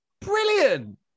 Brilliant